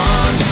on